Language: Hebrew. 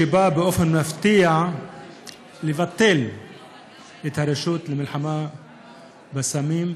שבא באופן מפתיע לבטל את הרשות למלחמה בסמים,